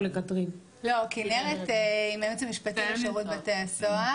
עו"ד כנרת צימרמן משרות בתי הסוהר.